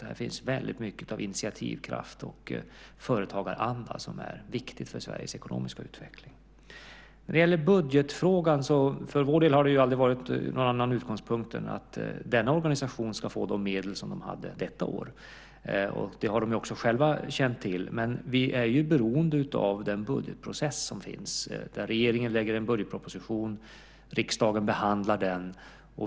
Där finns väldigt mycket av initiativkraft och företagaranda som är viktig för Sveriges ekonomiska utveckling. När det gäller budgetfrågan har det för vår del aldrig varit någon annan utgångspunkt än att denna organisation ska få de medel som man hade detta år. Det har de också själva känt till. Men vi är ju beroende av den budgetprocess som finns, där regeringen lägger fram en budgetproposition och riksdagen behandlar den.